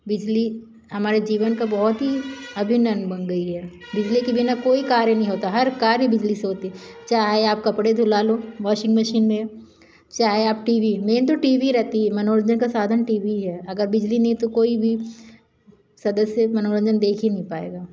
बिजली हमारे जीवन का बहुत ही अभिन्न अंग बन गई है बिजली के बिना कोई कार्य नी होता हर कार्य बिजली से होते चाहे आप कपड़े धुला लो वॉशिंग मशीन में चाहे आप टी वी मेन तो टी वी रहेता है मनोरंजन का साधन टी वी ही है अगर बिजली नहीं है तो कोई भी सदस्य मनोरंजन देख ही नी पाएगा